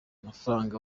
amafaranga